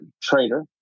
trader